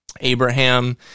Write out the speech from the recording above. Abraham